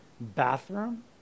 bathroom